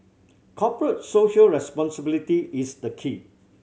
Corporate Social Responsibility is the key